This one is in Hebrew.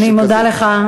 אני מודה לך.